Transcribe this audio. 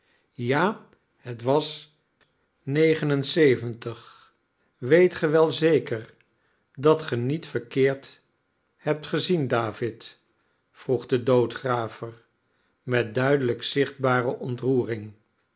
ja het was negen en zeventig weet ge wel zeker dat ge niet verkeerd hebt gezien david vroeg de doodgraver met duidelijk zichtbare ontroering